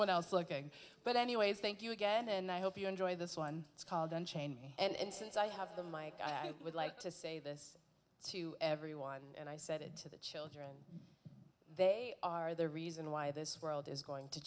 one else looking but anyways thank you again and i hope you enjoy this one it's called unchained me and since i have them i would like to say this to everyone and i said to the children they are the reason why this world is going to